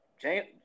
James